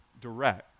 direct